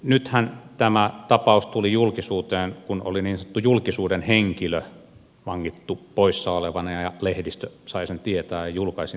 nythän tämä tapaus tuli julkisuuteen kun oli niin sanottu julkisuuden henkilö vangittu poissaolevana ja lehdistö sai sen tietää ja julkaisi tämän tiedon